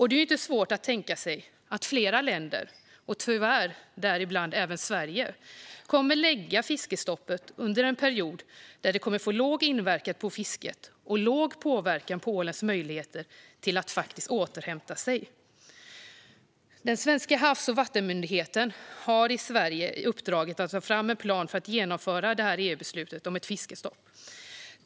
Det är inte svårt att tänka sig att flera länder, tyvärr däribland även Sverige, kommer att lägga fiskestoppet under en period då det kommer att få låg inverkan på fisket och låg påverkan på ålens möjligheter att återhämta sig. Den svenska Havs och vattenmyndigheten har i Sverige uppdraget att ta fram en plan för att genomföra EU-beslutet om ett fiskestopp.